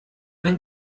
ein